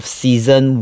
season